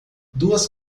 duas